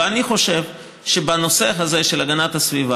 ואני חושב שבנושא הזה של הגנת הסביבה,